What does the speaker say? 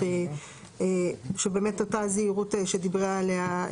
הסעיף אומר שאם אני פונה למנהל שירות המזון הארצי,